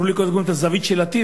הראו לי קודם כול את הזווית של הטיל,